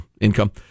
income